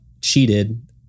cheated